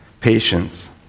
patience